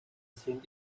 sind